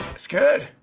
it's good.